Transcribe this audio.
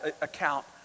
account